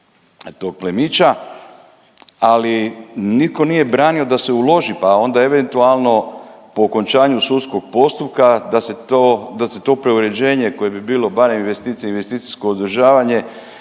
tog plemića, ali nitko nije branio da se uloži pa onda eventualno po okončanju sudskog postupka da se to, da se to preuređenje koje bi bilo barem investicija, investicijsko održavanje